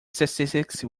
statistics